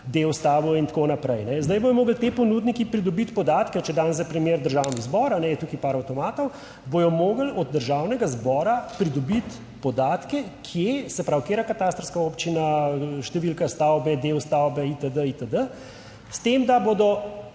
del stavb in tako naprej in zdaj bodo mogli ti ponudniki pridobiti podatke. Če dam za primer Državni zbor. Je tukaj par avtomatov, bodo mogli od Državnega zbora pridobiti podatke kje, se pravi katera katastrska občina, številka stavbe, del stavbe, itd., s tem, da bodo